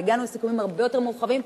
והגענו לסיכומים הרבה יותר מורחבים.